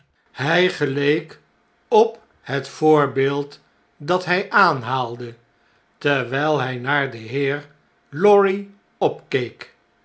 hij geleek op het voorbeeld dat hjj aanhaalde terwijl hij naar den heer lorry opkeek